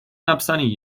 napsaný